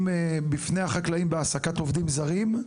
בפני החקלאים בהעסקת עובדים זרים,